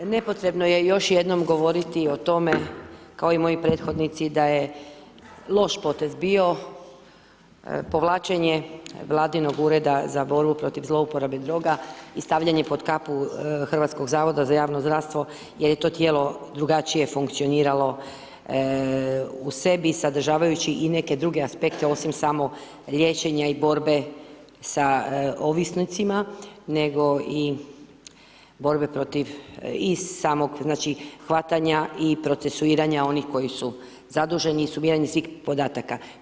Nepotrebno je još jednom govoriti o tome, kao i moji prethodnici, da je loš potez bio, povlačenje vladinog ureda za borbu protiv zlouporabe droga i stavljanje pod kapu Hrvatskog zavoda za javno zdravstvo jer je to tijelo drugačije funkcioniralo, u sebi sadržavajući i neke druge aspekte osim samo liječenja i borbe sa ovisnicima, nego i borbe protiv i samog, znači, hvatanja i procesuiranja onih koji su zaduženi su mjerenje svih podataka.